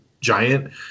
giant